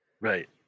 Right